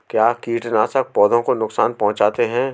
क्या कीटनाशक पौधों को नुकसान पहुँचाते हैं?